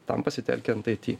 tam pasitelkiant aiti